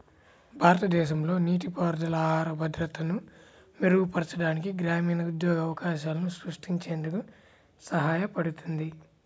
భారతదేశంలో నీటిపారుదల ఆహార భద్రతను మెరుగుపరచడానికి, గ్రామీణ ఉద్యోగ అవకాశాలను సృష్టించేందుకు సహాయపడుతుంది